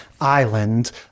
island